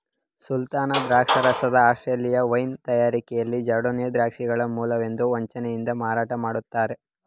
ಸುಲ್ತಾನ ದ್ರಾಕ್ಷರಸನ Australia wine ತಯಾರಿಕೆಲಿ chardonnay ದ್ರಾಕ್ಷಿಗಳ ಮೂಲವೆಂದು ವಂಚನೆಯಿಂದ ಮಾರಾಟ ಮಾಡ್ತರೆ